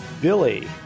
Billy